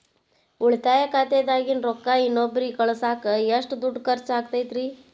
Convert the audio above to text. ಉಳಿತಾಯ ಖಾತೆದಾಗಿನ ರೊಕ್ಕ ಇನ್ನೊಬ್ಬರಿಗ ಕಳಸಾಕ್ ಎಷ್ಟ ದುಡ್ಡು ಖರ್ಚ ಆಗ್ತೈತ್ರಿ?